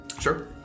Sure